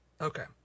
Okay